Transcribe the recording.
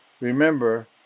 remember